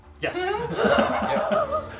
Yes